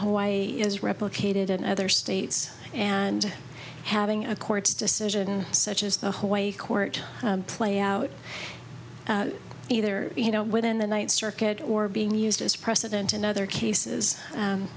hawaii is replicated in other states and having a court's decision such as the hawaii court play out either you know within the ninth circuit or being used as precedent in other cases